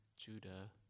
Judah